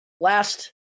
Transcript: last